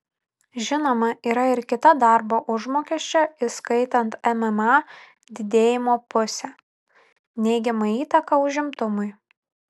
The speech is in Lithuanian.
žinoma yra ir kita darbo užmokesčio įskaitant mma didėjimo pusė neigiama įtaka užimtumui